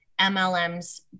MLMs